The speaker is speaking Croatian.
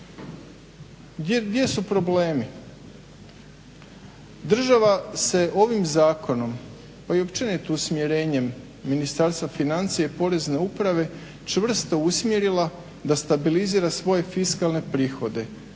Gdje su problemi? Država se ovim zakonom pa i općenito usmjerenjem Ministarstva financija i Porezne uprave čvrsto usmjerila da stabilizira svoje fiskalne prihode,